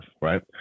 right